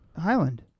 Highland